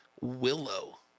Willow